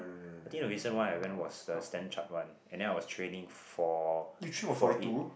I think the recent one I went was the Standard Chart one and then I was training for for it